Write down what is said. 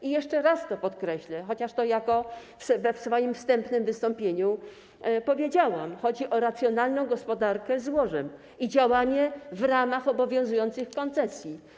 I jeszcze raz to podkreślę, chociaż już to w swoim wstępnym wystąpieniu powiedziałam: chodzi o racjonalną gospodarkę złożem i działanie w ramach obowiązujących koncesji.